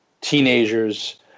teenagers